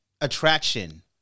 attraction